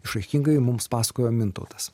išraiškingai mums pasakojo mintautas